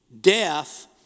death